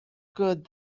good